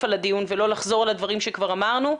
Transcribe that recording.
על הדיון ולא לחזור על הדברים שכבר אמרנו,